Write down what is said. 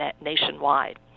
Nationwide